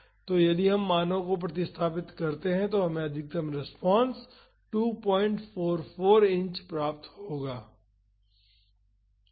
तो यदि हम मानो को प्रतिस्थापित करते हैं तो हमें अधिकतम रेस्पॉन्स 244 इंच प्राप्त होगी